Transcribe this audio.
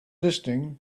listening